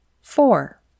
Four